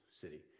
city